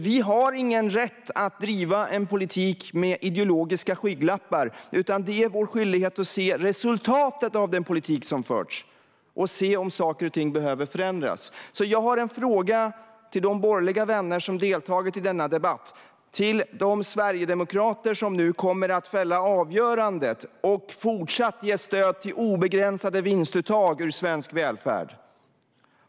Vi har ingen rätt att driva en politik med ideologiska skygglappar, utan det är vår skyldighet att se resultatet av den politik som förts och se om saker och ting behöver förändras. Jag har några frågor till de borgerliga vänner som deltagit i denne debatt och till de sverigedemokrater som nu kommer att fälla avgörandet och fortsatt ge stöd till obegränsade vinstuttag ur svensk välfärd.